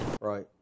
Right